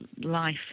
life